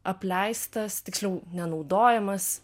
apleistas tiksliau nenaudojamas